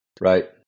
Right